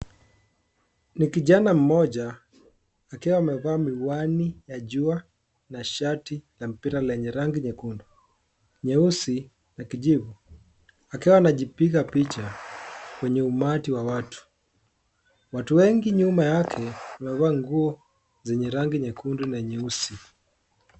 Ni kijana mmoja akiwa amevaa miwani ya jua na shati la mpira lenye rangi nyekundu, nyeusi na kijivu, akiwa anajipiga picha kwenye umati wa watu. Watu wengi nyuma yake wamevaa nguo zenye rangi nyekundu na nyeusi.